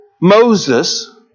Moses